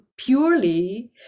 purely